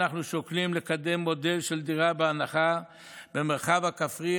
אנחנו שוקלים לקדם מודל של דירה בהנחה במרחב הכפרי